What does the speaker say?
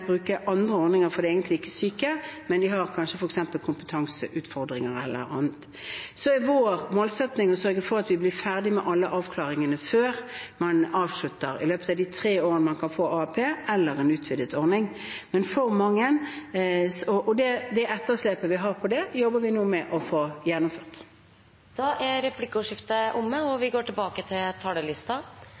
bruke andre ordninger, for de er egentlig ikke syke, men har kanskje kompetanseutfordringer eller andre utfordringer. Vår målsetting er å sørge for at man blir ferdig med alle avklaringene i løpet av de tre årene man kan få AAP eller en utvidet ordning. Det etterslepet vi har på det, jobber vi nå med å få gjennomført. Replikkordskiftet er omme. Norge er på sitt beste når vi